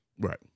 Right